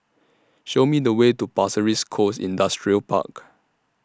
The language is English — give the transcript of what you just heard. Show Me The Way to Pasir Ris Coast Industrial Park